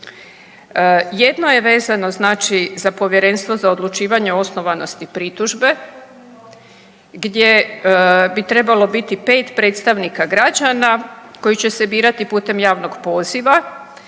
Jedno je vezano znači za Povjerenstvo za odlučivanje osnovanosti pritužbe, gdje bi trebalo biti 5 predstavnika građana koji će se birati putem javnog poziva.